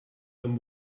them